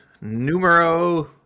numero